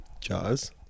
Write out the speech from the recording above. Jaws